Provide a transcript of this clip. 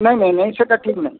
ନାଇଁ ନାଇଁ ନାଇଁ ସେଇଟା ଠିକ ନାହିଁ